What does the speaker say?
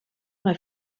una